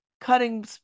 cutting